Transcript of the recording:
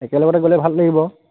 একেলগতে গ'লে ভাল লাগিব